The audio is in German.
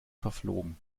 verflogen